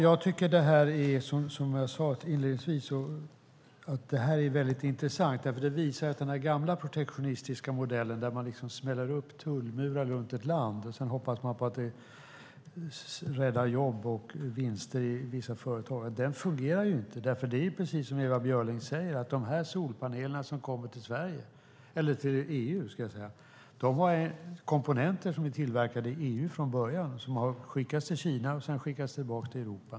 Herr talman! Som jag sade inledningsvis tycker jag att det här är intressant, för det visar att den här gamla protektionistiska modellen där man smäller upp tullmurar runt ett land och sedan hoppas på att rädda jobb och vinster i företag inte fungerar. Det är precis som Ewa Björling säger att de här solpanelerna som kommer till EU har komponenter som tillverkades i EU innan de skickades till Kina för att sedan skickas tillbaka till Europa.